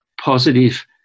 positive